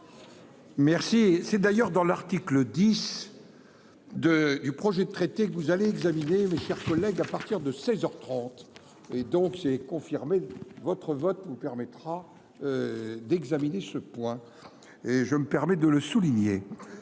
Merci, c'est d'ailleurs dans l'article 10. De du projet de traité que vous allez examiner mes chers collègues, à partir de 16 heures 30 et donc c'est confirmé votre votre nous permettra d'examiner ce point. Et je me permets de le souligner,